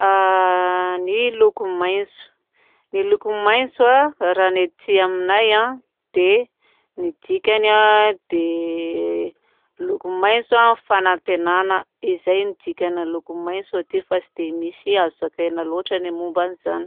en-USy loko maitso ny loko maitso raha ny aty aminay dia ny dikany dia loko maitso fanantenana. Izay no dikany loko maitso fa tsy dia misy azo zakaina loatra ny momba an'izany.